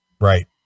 Right